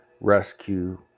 rescue